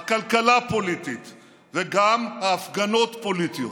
הכלכלה פוליטית וגם ההפגנות פוליטיות.